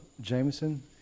Jameson